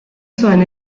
zuen